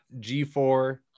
G4